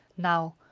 now,